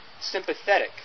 sympathetic